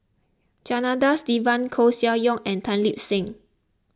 Janadas Devan Koeh Sia Yong and Tan Lip Seng